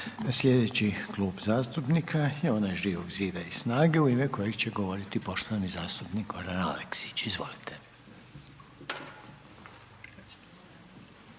Sljedeći Klub zastupnika je ovaj Živog zida i SNAGA-e, u ime kojeg će govoriti poštovani zastupnik Ivan Pernar. Izvolite.